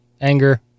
Anger